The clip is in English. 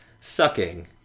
sucking